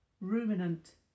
ruminant